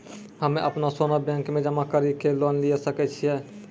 हम्मय अपनो सोना बैंक मे जमा कड़ी के लोन लिये सकय छियै?